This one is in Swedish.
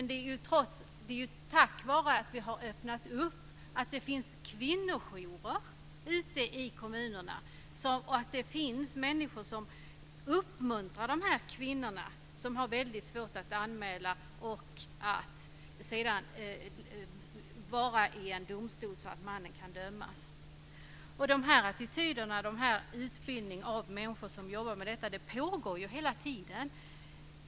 Det är ju tack vare att det finns kvinnojourer ute i kommunerna och att det finns människor som uppmuntrar dessa brottsoffer att anmäla brottet och fullfölja en rättegång som mannen kan dömas. Det pågår ju hela tiden utbildning av människor som jobbar med detta.